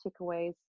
takeaways